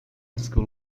school